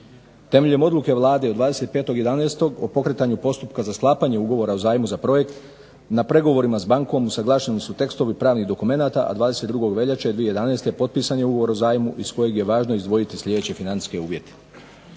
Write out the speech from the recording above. Temeljem odluke Vlade od 25.11. o pokretanju postupka za sklapanje ugovora o zajmu za projekt na pregovorima s bankom usuglašeni su tekstovi pravnih dokumenata, a 22. veljače 2011. potpisan je ugovor o zajmu iz kojeg je važno izdvojiti sljedeće financijske uvjete.